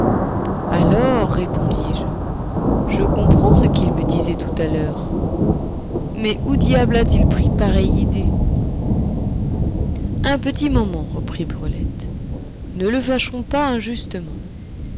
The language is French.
alors répondis-je je comprends ce qu'il me disait tout à l'heure mais où diable a-t-il pris pareille idée un petit moment reprit brulette ne le fâchons pas injustement